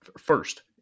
first